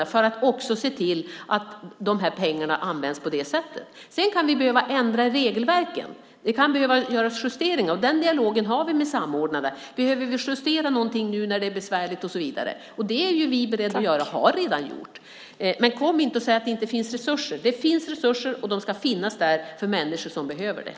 Det är för att också se till att pengarna används på det sättet. Vi kan behöva ändra i regelverken. Det kan behöva göras justeringar. Den dialogen har vi med samordnarna. Behöver vi justera något nu när det är besvärligt och så vidare? Det är vi beredda att göra. Det har vi redan gjort. Kom inte och säg att det inte finns resurser! Det finns resurser, och de ska finnas där för människor som behöver det.